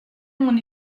mon